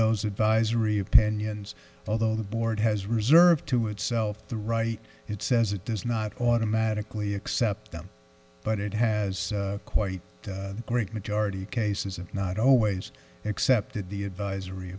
those advisory opinions although the board has reserved to itself the right it says it does not automatically accept them but it has quite a great majority cases of not always accepted the advisory